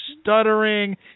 stuttering